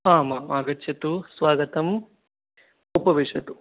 आम् आम् आगच्छतु स्वागतम् उपविशतु